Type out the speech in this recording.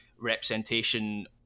representation